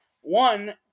One